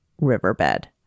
riverbed